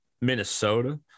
Minnesota